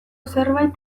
zerbait